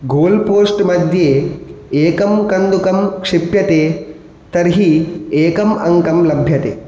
goalpost मध्ये एकं कन्दुकं क्षिप्यते तर्हि एकम् अङ्कं लभ्यते